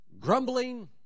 grumbling